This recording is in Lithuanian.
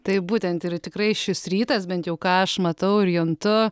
taip būtent ir tikrai šis rytas bent jau ką aš matau ir juntu